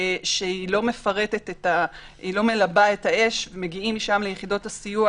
שלא מלבה את האש ומגיעים משם ליחידות הסיוע